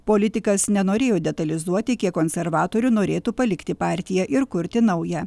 politikas nenorėjo detalizuoti kiek konservatorių norėtų palikti partiją ir kurti naują